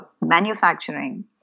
manufacturing